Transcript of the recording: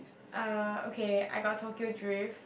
uh okay I got Tokyo drift